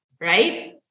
Right